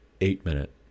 eight-minute